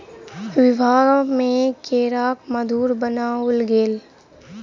विवाह में केराक मधुर बनाओल गेल